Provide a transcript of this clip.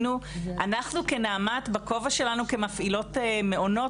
אנחנו בנעמ"ת בכובע שלנו כמפעילות מעונות,